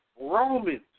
Romans